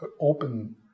open